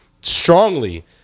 strongly